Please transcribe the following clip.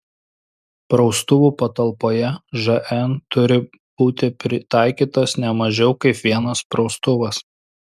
praustuvų patalpoje žn turi būti pritaikytas ne mažiau kaip vienas praustuvas